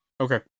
Okay